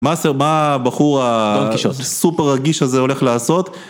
וסר מה הבחור הסופר רגיש הזה הולך לעשות